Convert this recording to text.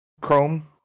chrome